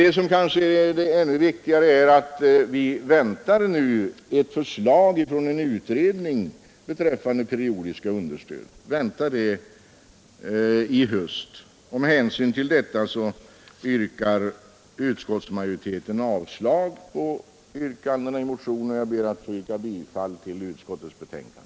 Men kanske ännu viktigare är att vi väntar ett förslag från en utredning beträffande periodiska understöd i höst. Med hänsyn till detta yrkar utskottsmajoriteten avslag på motionen. Jag ber att få yrka bifall tiil utskottets hemställan.